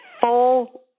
full